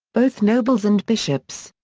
both nobles and bishops.